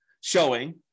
showing